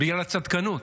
בגלל הצדקנות,